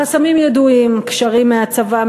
החסמים ידועים: קשרים מהצבא,